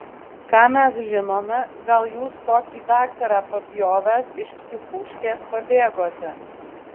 ką mes žinome gal jūs kokį daktarą papjovęs iš psichuškės pabėgote